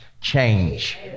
change